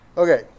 Okay